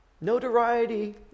Notoriety